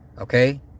okay